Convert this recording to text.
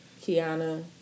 Kiana